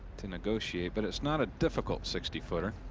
to negotiate. but it's not a difficult, sixty footer.